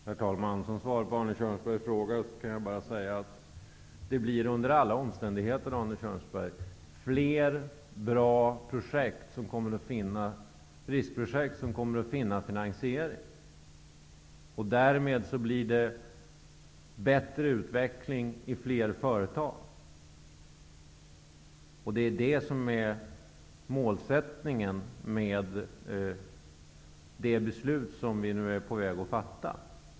Herr talman! Som svar på Arne Kjörnsbergs fråga kan jag bara säga att fler bra riskprojekt under alla omständigheter kommer att finansieras. Därmed blir det en bättre utveckling i fler företag. Det är det som målsättningen med det beslut som vi nu är på väg att fatta.